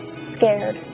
scared